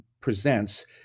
presents